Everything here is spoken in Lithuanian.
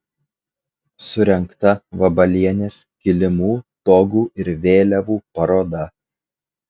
surengta vabalienės kilimų togų ir vėliavų paroda